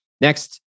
Next